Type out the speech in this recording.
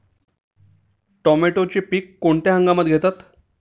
टोमॅटोचे पीक कोणत्या हंगामात घेतात?